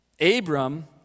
Abram